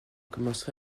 commençait